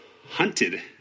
Hunted